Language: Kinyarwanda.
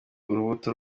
urubuto